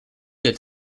est